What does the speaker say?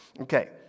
Okay